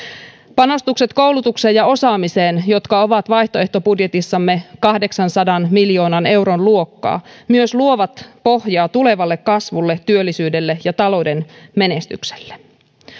panostukset koulutukseen ja osaamiseen jotka ovat vaihtoehtobudjetissamme kahdeksansadan miljoonan euron luokkaa myös luovat pohjaa tulevalle kasvulle työllisyydelle ja talouden menestykselle